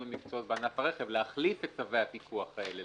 ומקצועות בענף הרכב להחליף את צווי הפיקוח האלה.